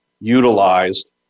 utilized